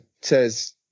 says